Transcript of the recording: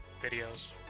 videos